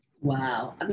Wow